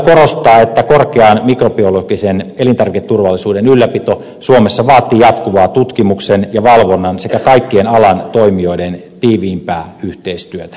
valiokunta korostaa että korkean mikrobiologisen elintarviketurvallisuuden ylläpito suomessa vaatii jatkuvaa tutkimuksen ja valvonnan sekä kaikkien alan toimijoiden tiiviimpää yhteistyötä entisestään